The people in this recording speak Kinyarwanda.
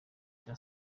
cya